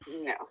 No